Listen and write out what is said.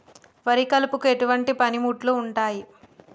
వరి కలుపుకు ఎటువంటి పనిముట్లు ఉంటాయి?